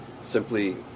simply